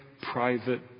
private